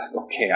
okay